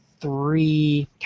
three